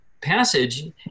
passage